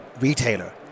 retailer